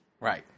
Right